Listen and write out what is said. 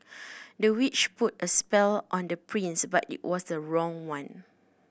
the witch put a spell on the prince but it was the wrong one